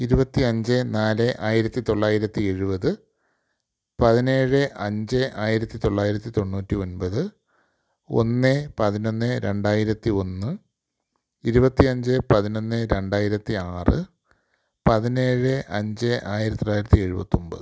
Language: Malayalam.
ഇരുപത്തി അഞ്ച് നാല് ആയിരത്തി തൊള്ളായിരത്തി എഴുപത് പതിനേഴ് അഞ്ച് ആയിരത്തി തൊള്ളായിരത്തി തൊണ്ണൂറ്റി ഒന്പത് ഒന്ന് പതിനൊന്ന് രണ്ടായിരത്തി ഒന്ന് ഇരുപത്തി അഞ്ച് പതിനൊന്ന് രണ്ടായിരത്തി ആറ് പതിനേഴ് അഞ്ച് ആയിരത്തി തൊള്ളായിരത്തി എഴുപത്തി ഒൻപത്